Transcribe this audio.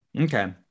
Okay